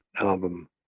album